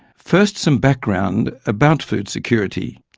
first some background about food security.